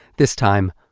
this time,